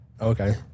Okay